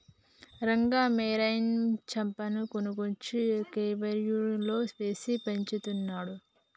Raghu marine చాపను కొనుక్కొచ్చి అక్వేరియంలో వేసి పెంచుతున్నాడు